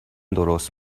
درست